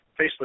Facebook